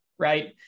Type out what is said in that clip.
right